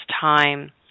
time